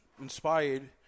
inspired